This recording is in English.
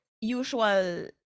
usual